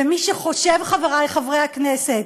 ומי שחושב, חברי חברי הכנסת,